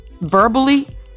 verbally